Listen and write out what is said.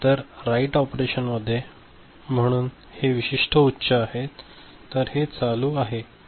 तर राइट ऑपरेशनमध्ये म्हणून हे विशिष्ट उच्च आहे तर हे चालू आहे